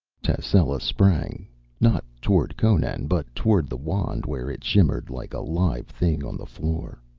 tascela sprang not toward conan, but toward the wand where it shimmered like a live thing on the floor.